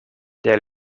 der